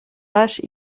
âge